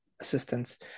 assistance